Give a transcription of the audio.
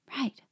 Right